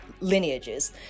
lineages